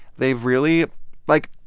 they've really like,